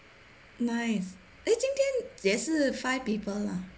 nice eh 今天也是 five people lah